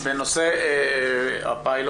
2017. --- בנושא הפיילוט.